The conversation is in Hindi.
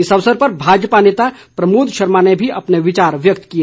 इस अवसर पर भाजपा नेता प्रमोद शर्मा ने भी अपने विचार व्यक्त किए